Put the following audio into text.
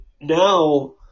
now